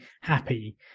happy